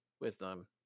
wisdom